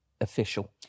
official